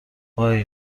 وای